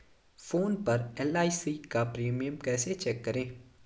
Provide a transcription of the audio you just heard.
Phone पर LIC का premium कैसे चेक करें?